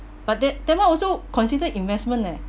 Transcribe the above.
but that that one also considered investment leh